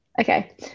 okay